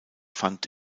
fand